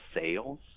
sales